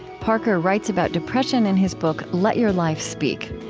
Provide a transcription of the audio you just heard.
parker writes about depression in his book let your life speak.